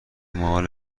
مال